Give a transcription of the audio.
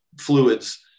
fluids